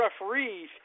referees